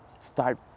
start